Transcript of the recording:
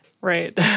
Right